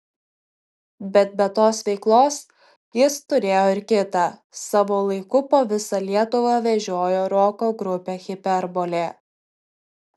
bet be tos veiklos jis turėjo ir kitą savo laiku po visą lietuvą vežiojo roko grupę hiperbolė